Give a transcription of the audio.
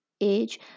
age